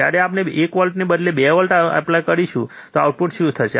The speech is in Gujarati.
જ્યારે આપણે 1 વોલ્ટને બદલે 2 વોલ્ટ એપ્લાય કરીશું ત્યારે આઉટપુટ શું છે